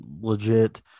legit